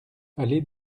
allée